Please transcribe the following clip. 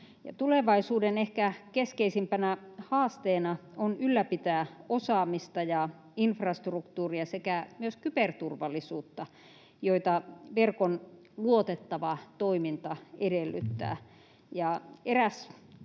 tulevaisuuden ehkä keskeisimpänä haasteena on ylläpitää osaamista ja infrastruktuuria sekä myös kyberturvallisuutta, joita verkon luotettava toiminta edellyttää.